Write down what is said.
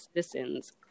citizens